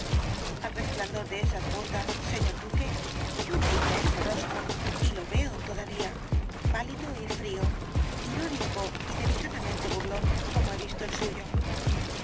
al resplandor de esas botas señor duque yo veía ese rostro y lo veo todavía pálido y frío irónico y delicadamente burlón como he visto el suyo